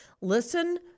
Listen